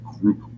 group